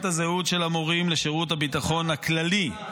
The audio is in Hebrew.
הזהות של המורים לשירות הביטחון הכללי.